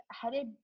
headed